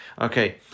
Okay